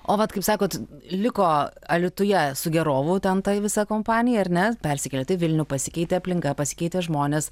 o vat kaip sakot liko alytuje sugėrovų ten ta visa kompanija ar ne persikėlėt į vilnių pasikeitė aplinka pasikeitė žmonės